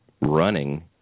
running